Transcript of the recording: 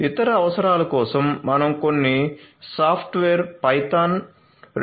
ఇతర అవసరాలు కోసం మనం కొన్ని సాఫ్ట్వేర్ పైథాన్ 2